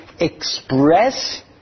express